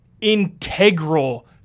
integral